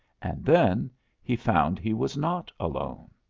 and then he found he was not alone.